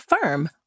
Firm